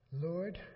Lord